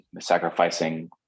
sacrificing